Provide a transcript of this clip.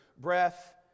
breath